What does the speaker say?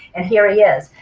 and here he is.